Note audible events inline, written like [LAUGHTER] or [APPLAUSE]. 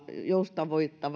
joustavoitamme [UNINTELLIGIBLE]